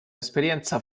esperienza